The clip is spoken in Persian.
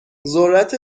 ذرت